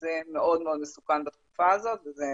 שזה מאוד מאוד מסוכן בתקופה הזאת וזה